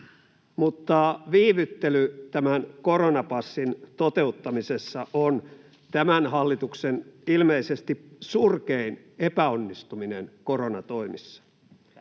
mutta viivyttely tämän koronapassin toteuttamisessa on tämän hallituksen ilmeisesti surkein epäonnistuminen koronatoimissa.